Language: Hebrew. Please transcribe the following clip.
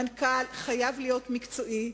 מנכ"ל חייב להיות מקצועי,